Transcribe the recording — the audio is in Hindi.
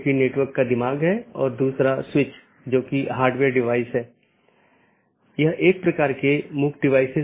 नेटवर्क लेयर रीचैबिलिटी की जानकारी जिसे NLRI के नाम से भी जाना जाता है